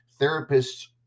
Therapists